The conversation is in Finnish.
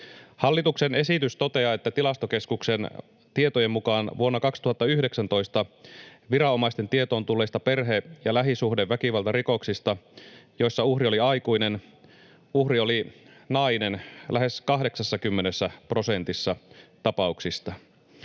Hallituksen esitys toteaa, että Tilastokeskuksen tietojen mukaan vuonna 2019 viranomaisten tietoon tulleista perhe- ja lähisuhdeväkivaltarikoksista, joissa uhri oli aikuinen, uhri oli nainen lähes 80 prosentissa tapauksista.